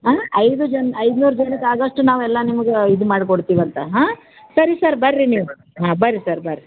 ಹಾಂ ಐದು ಜನ ಐನೂರು ಜನಕ್ಕೆ ಆಗೋಷ್ಟು ನಾವೆಲ್ಲ ನಿಮ್ಗೆ ಇದು ಮಾಡ್ಕೊಡ್ತೀವಂತ ಹಾಂ ಸರಿ ಸರ್ ಬರ್ರಿ ನೀವು ಹಾಂ ಬರ್ರಿ ಸರ್ ಬರ್ರಿ